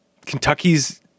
Kentucky's